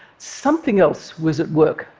something else was at work,